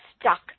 stuck